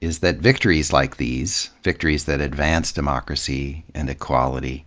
is that victories like these, victories that advance democracy and equality,